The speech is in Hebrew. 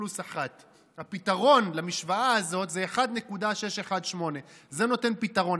פלוס 1. הפתרון למשוואה הזאת זה 1.618. זה נותן פתרון.